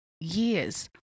years